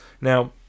Now